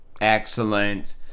excellent